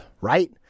right